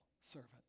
servant